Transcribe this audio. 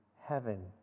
heaven